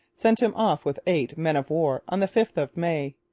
sent him off with eight men-of-war on the fifth of may.